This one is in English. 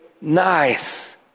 nice